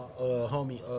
homie